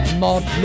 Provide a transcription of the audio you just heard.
mod